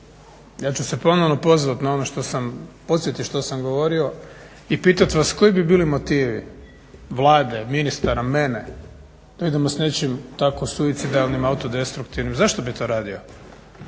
Ja ću se ponovno pozvati na ono što sam, podsjetit što sam govorio i pitat vas koji bi bili motivi Vlade, ministara, mene da idemo s nečim tako suicidalnim, autodestruktivnim. Zašto bi to radio?